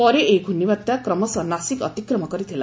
ପରେ ଏହି ଘୂର୍ଣ୍ଣିବାତ୍ୟା କ୍ରମଶଃ ନାସିକ ଅତିକ୍ରମ କରିଥିଲା